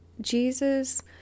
jesus